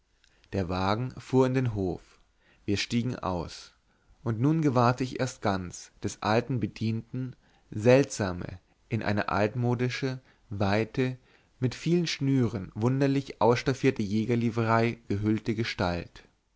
der wagen fuhr in den hof wir stiegen aus und nun gewahrte ich erst ganz des alten bedienten seltsame in eine altmodische weite mit vielen schnüren wunderlich ausstaffierte jägerlivrei gehüllte gestalt